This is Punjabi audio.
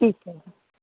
ਠੀਕ ਹੈ ਜੀ